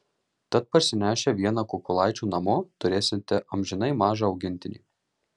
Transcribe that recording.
tad parsinešę vieną kukulaičių namo turėsite amžinai mažą augintinį